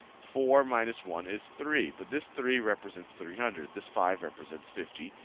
four minus one is three, but this three represents three hundred. this five represents fifty.